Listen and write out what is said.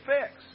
fix